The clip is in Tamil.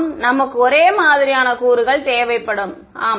மாணவர் நமக்குத் ஒரே மாதிரியான கூறுகள் தேவைப்படும் ஆம்